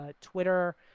Twitter